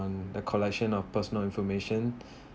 um the collection of personal information